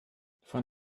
von